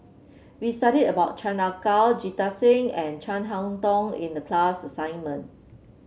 we studied about Chan Ah Kow Jita Singh and Chin Harn Tong in the class assignment